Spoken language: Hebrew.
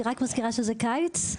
רק מזכירה שזה קיץ.